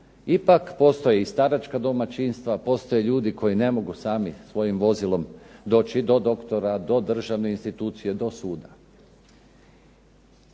ipak postoje i staračka domaćinstva, postoje ljudi koji ne mogu sami svojim vozilom doći do doktora, do državne institucije, do suda.